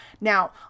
Now